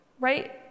Right